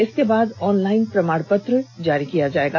इसके बाद ऑनलाइन प्रमाण पत्र जारी किया जाएगा